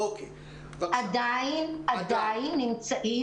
עדיין נמצאים,